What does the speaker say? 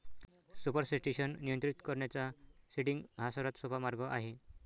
supersaturation नियंत्रित करण्याचा seeding हा सर्वात सोपा मार्ग आहे